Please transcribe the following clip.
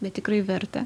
bet tikrai verta